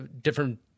different